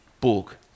book